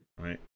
Right